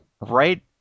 right